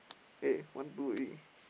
eh one two already